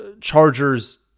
Chargers